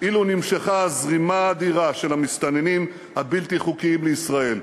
אילו נמשכה הזרימה האדירה של המסתננים הבלתי-חוקיים לישראל.